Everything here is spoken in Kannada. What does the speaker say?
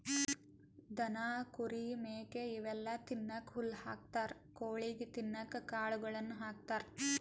ದನ ಕುರಿ ಮೇಕೆ ಇವೆಲ್ಲಾ ತಿನ್ನಕ್ಕ್ ಹುಲ್ಲ್ ಹಾಕ್ತಾರ್ ಕೊಳಿಗ್ ತಿನ್ನಕ್ಕ್ ಕಾಳುಗಳನ್ನ ಹಾಕ್ತಾರ